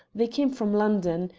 they came from london.